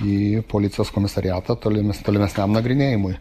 į policijos komisariatą tolimes tolimesniam nagrinėjimui